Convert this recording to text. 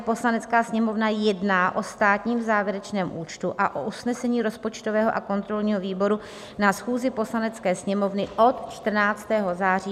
Poslanecká sněmovna jedná o státním závěrečném účtu a o usnesení rozpočtového a kontrolního výboru na schůzi Poslanecké sněmovny od 14. září 2021.